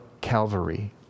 Calvary